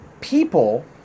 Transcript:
people